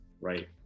Right